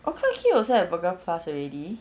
oh clarke quay also have burger plus already